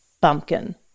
Bumpkin